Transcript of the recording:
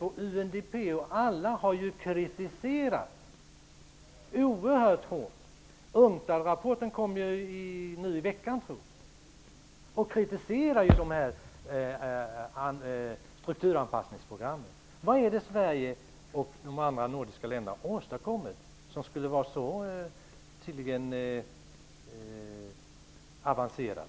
UNCTAD, Unicef, UNDP och andra har ju kritiserat IMF och Världsbanken hårt. UNCTAD rapporten kom nu i veckan. Man kritiserar dessa strukturanpassningsprogram. Vad är det Sverige och de andra nordiska länderna har åstadkommit som tydligen är så avancerat?